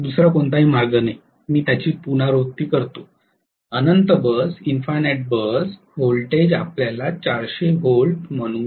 दुसरा कोणताही मार्ग नाही मी त्याची पुनरावृत्ती करतो इन्फिनिटी बस व्होल्टेज आपल्याला 400 व्होल्ट म्हणू या